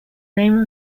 name